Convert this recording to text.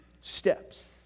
steps